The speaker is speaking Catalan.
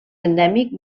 endèmic